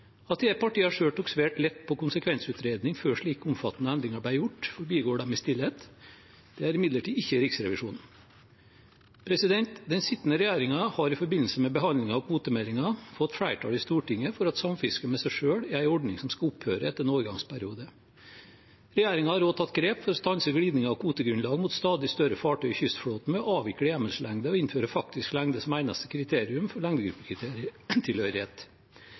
At disse partiene selv tok svært lett på konsekvensutredning før slike omfattende endringer ble gjort, forbigår de i stillhet. Det gjør imidlertid ikke Riksrevisjonen. Den sittende regjeringen har i forbindelse med behandlingen av kvotemeldingen fått flertall i Stortinget for at samfiske med seg selv er en ordning som skal opphøre etter en overgangsperiode. Regjeringen har også tatt grep for å stanse glidningen av kvotegrunnlaget mot stadig større fartøy i kystflåten ved å avvikle hjemmelslengde og innføre faktisk lengde som eneste kriterium for